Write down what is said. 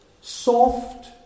Soft